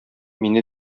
мине